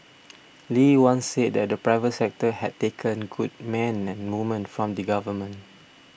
Lee once said that the private sector had taken good men and women from the government